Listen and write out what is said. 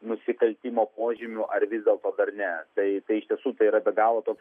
nusikaltimo požymių ar vis dėlto dar ne tai tai iš tiesų tai yra be galo toks